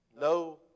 no